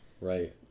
Right